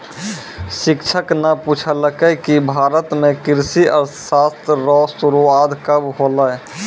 शिक्षक न पूछलकै कि भारत म कृषि अर्थशास्त्र रो शुरूआत कब होलौ